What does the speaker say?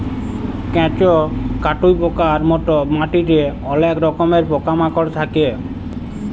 কেঁচ, কাটুই পকার মত মাটিতে অলেক রকমের পকা মাকড় থাক্যে